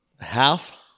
half